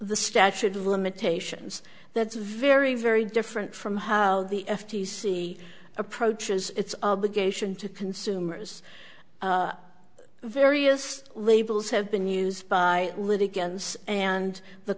the statute of limitations that's very very different from how the f t c approaches its obligation to consumers various labels have been used by litigants and the